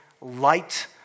Light